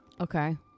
Okay